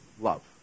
love